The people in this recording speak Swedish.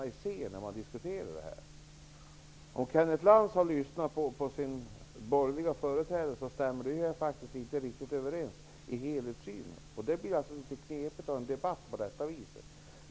Vad Kenneth Lantz säger i jämförelse med sin borgerliga företrädare stämmer inte riktigt överens i fråga om helhetssynen. Det blir en knepig debatt.